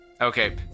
Okay